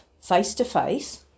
face-to-face